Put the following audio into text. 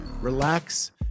relax